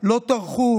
לא טרחו